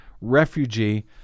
refugee